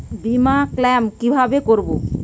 বিমা ক্লেম কিভাবে করব?